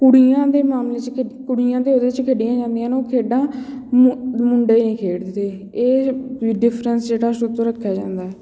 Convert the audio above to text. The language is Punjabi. ਕੁੜੀਆਂ ਦੇ ਮਾਮਲੇ 'ਚ ਖੇ ਕੁੜੀਆਂ ਦੇ ਉਹਦੇ 'ਚ ਖੇਡੀਆਂ ਜਾਂਦੀਆਂ ਨੇ ਉਹ ਖੇਡਾਂ ਮੁ ਮੁੰਡੇ ਨਹੀਂ ਖੇਡਦੇ ਇਹ ਡਿਫਰੈਂਸ ਜਿਹੜਾ ਸ਼ੁਰੂ ਤੋਂ ਰੱਖਿਆ ਜਾਂਦਾ